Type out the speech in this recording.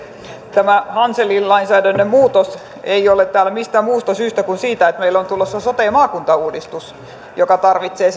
tämä hanselin lainsäädännön muutos ei ole täällä mistään muusta syystä kuin siitä että meille on tulossa sote ja maakuntauudistus joka tarvitsee